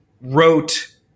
wrote